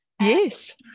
Yes